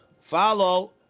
Follow